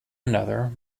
another